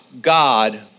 God